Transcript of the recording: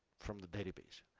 from the database.